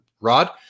Rod